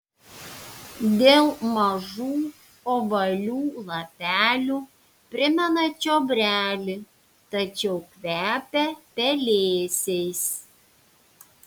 dėl mažų ovalių lapelių primena čiobrelį tačiau kvepia pelėsiais